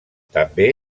també